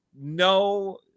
no